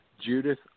Judith